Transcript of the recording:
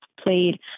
played